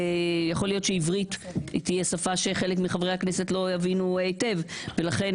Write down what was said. יכול להיות שעברית תהיה שפה שחלק מחברי הכנסת לא יבינו היטב ולכן